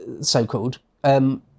so-called